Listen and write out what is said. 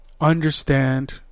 understand